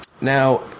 Now